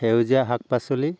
সেউজীয়া শাক পাচলি